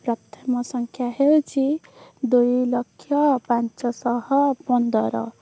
ପ୍ରଥମ ସଂଖ୍ୟା ହେଉଛି ଦୁଇ ଲକ୍ଷ ପଞ୍ଚଶହ ପନ୍ଦର